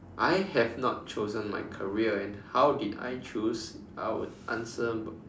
I have not chosen my career and how did I choose I would answer